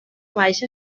baixa